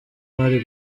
bari